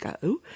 go